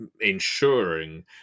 ensuring